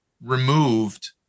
removed